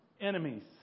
enemies